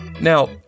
Now